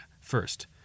First